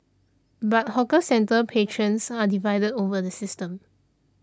but hawker centre patrons are divided over the system